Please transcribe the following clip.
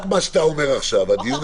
רק על מה שאתה אומר עכשיו, הדיון